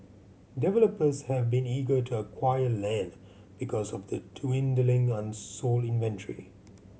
developers have been eager to acquire land because of the dwindling unsold inventory